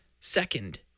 Second